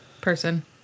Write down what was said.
person